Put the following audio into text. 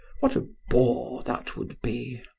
what a bore that would be!